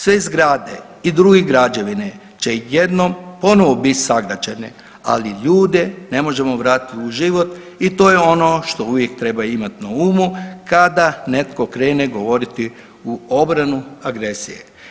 Sve zgrade i druge građevine će jednom ponovo bit sagrađene, ali ljude ne možemo vratiti u život i to je ono što uvijek treba imati na umu kada netko krene govoriti u obranu agresije.